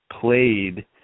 played